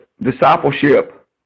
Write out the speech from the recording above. discipleship